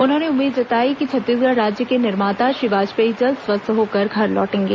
उन्होंने उम्मीद जताई कि छत्तीसगढ़ राज्य के निर्माता श्री वाजपेयी जल्द स्वस्थ होकर घर लौटेंगे